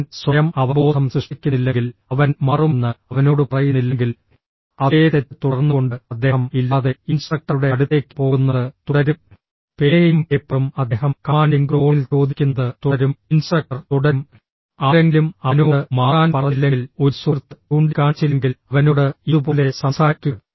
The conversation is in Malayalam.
അവൻ സ്വയം അവബോധം സൃഷ്ടിക്കുന്നില്ലെങ്കിൽ അവൻ മാറുമെന്ന് അവനോട് പറയുന്നില്ലെങ്കിൽ അതേ തെറ്റ് തുടർന്നുകൊണ്ട് അദ്ദേഹം ഇല്ലാതെ ഇൻസ്ട്രക്ടറുടെ അടുത്തേക്ക് പോകുന്നത് തുടരും പേനയും പേപ്പറും അദ്ദേഹം കമാൻഡിംഗ് ടോണിൽ ചോദിക്കുന്നത് തുടരും ഇൻസ്ട്രക്ടർ തുടരും ആരെങ്കിലും അവനോട് മാറാൻ പറഞ്ഞില്ലെങ്കിൽ ഒരു സുഹൃത്ത് ചൂണ്ടിക്കാണിച്ചില്ലെങ്കിൽ അവനോട് ഇതുപോലെ സംസാരിക്കുക